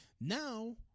Now